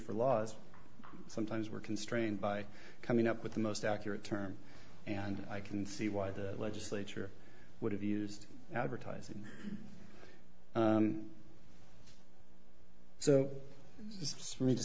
for laws sometimes we're constrained by coming up with the most accurate term and i can see why the legislature would have used advertising so it's for me to